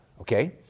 Okay